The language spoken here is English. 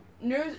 News